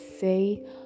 say